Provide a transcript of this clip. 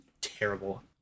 terrible